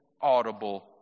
audible